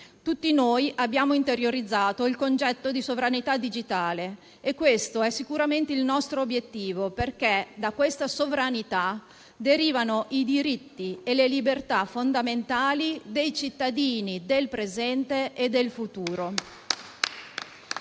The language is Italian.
Tutti noi abbiamo interiorizzato il concetto di sovranità digitale e questo è sicuramente il nostro obiettivo, perché da questa sovranità derivano i diritti e le libertà fondamentali dei cittadini del presente e del futuro.